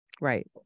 right